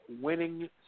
winning